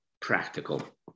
practical